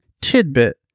tidbit